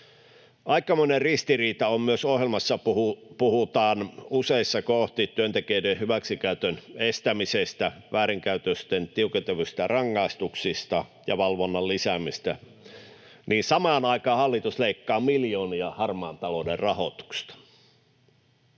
Aikamoinen ristiriita on myös se, että kun ohjelmassa puhutaan useissa kohti työntekijöiden hyväksikäytön estämisestä, väärinkäytösten tiukentuvista rangaistuksista ja valvonnan lisäämisestä, niin samaan aikaan hallitus leikkaa miljoonia harmaan talouden rahoituksesta.